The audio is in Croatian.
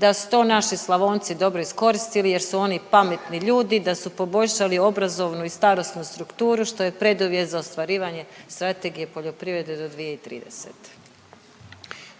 da su to naši Slavonci dobro iskoristili jer su oni pametni ljudi, da su poboljšali obrazovnu i starosnu strukturu što je preduvjet za ostvarivanje strategije poljoprivrede do 2030.